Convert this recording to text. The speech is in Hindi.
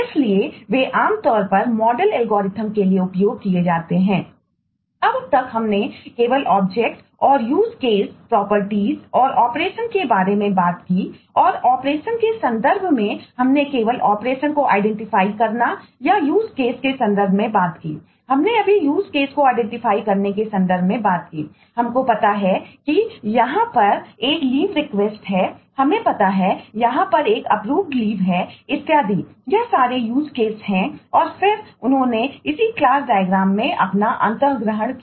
इसलिए वे आम तौर पर मॉडल एल्गोरिदम में अपना अंतर्ग्रहण किया